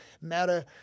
matter